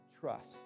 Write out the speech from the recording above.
trust